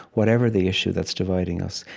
whatever the issue that's dividing us,